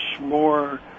more